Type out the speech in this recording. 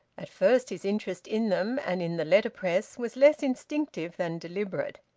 at first his interest in them, and in the letterpress, was less instinctive than deliberate.